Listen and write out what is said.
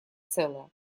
целое